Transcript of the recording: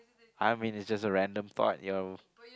I mean it's just a random thought your